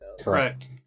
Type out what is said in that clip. correct